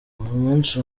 umunsi